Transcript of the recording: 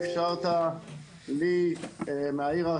אי אפשר כרגע לברור מה יותר ומה